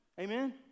amen